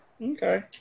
Okay